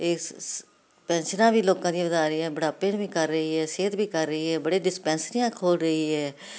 ਇਸ ਪੈਸ਼ਨਾਂ ਜਿਨਾਂ ਵੀ ਲੋਕਾਂ ਦੀ ਵਧਾ ਰਹੀ ਹ ਬੜਾਪੇ ਚ ਵੀ ਕਰ ਰਹੀ ਹ ਸਿਹਤ ਵੀ ਕਰ ਰਹੀ ਹ ਬੜੇ ਡਿਸਪੈਂਸਰੀਆਂ ਖੋਲ ਰਹੀ ਹ